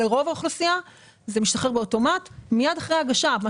אבל לרוב האוכלוסייה זה משתחרר אוטומטית מיד אחרי ההגשה.